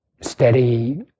steady